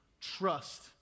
trust